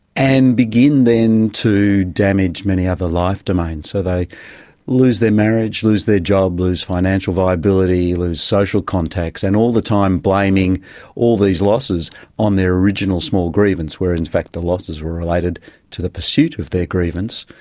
and begin then to damage many other life domains. so they lose their marriage, lose their job, lose financial viability, lose social contacts, and all the time blaming all these losses on their original small grievance, where in fact the losses were related to the pursuit of their grievance.